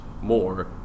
more